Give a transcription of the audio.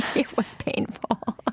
it was painful.